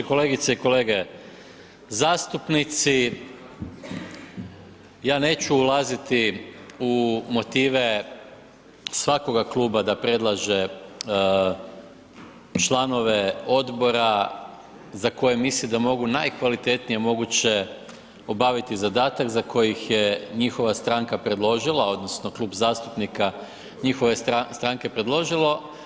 Kolegice i kolege zastupnici ja neću ulaziti u motive svakoga kluba da predlaže članove odbora za koje misli da mogu najkvalitetnije moguće obaviti zadatak za koji ih je njihova predložila, odnosno klub zastupnika njihove stranke predložilo.